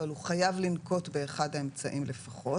אבל הוא חייב לנקוט באחד האמצעים לפחות,